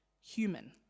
human